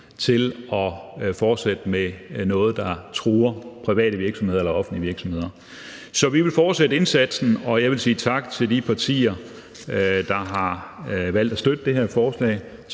til at fortsætte med noget, der truer private virksomheder eller offentlige virksomheder. Så vi vil fortsætte indsatsen, og jeg vil sige tak til de partier, der har valgt at støtte det her forslag.